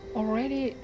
already